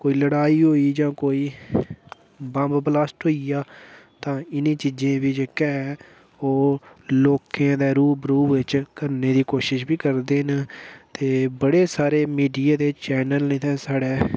कोई लड़ाई होई जां कोई बम्ब ब्लास्ट होई गेआ तां इ'नें चीजें बी जेह्का ऐ ओह् लोकें दे रूबरू बिच्च करने दी कोशिश बी करदे न ते बड़े सारे मीडिया दे चैनल न इत्थें साढ़ै